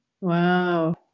Wow